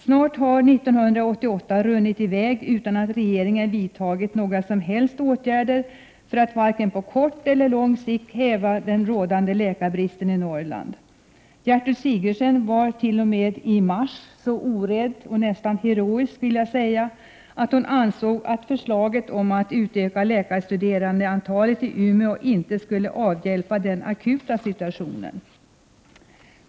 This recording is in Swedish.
Snart har år 1988 runnit i väg utan att regeringen vidtagit några som helst åtgärder för att vare sig på kort eller lång sikt häva den rådande läkarbristen i Norrland. Gertrud Sigurdsen var i mars t.o.m. så orädd, ja, nästan heroisk, vill jag säga, att hon ansåg att förslaget om att utöka läkarstuderandeantalet i Umeå inte skulle avhjälpa den akuta situationen.